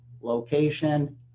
location